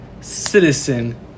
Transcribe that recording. Citizen